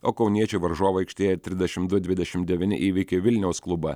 o kauniečių varžovų aikštėje trisdešimt du dvidešimt devyni įveikė vilniaus klubą